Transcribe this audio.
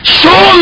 show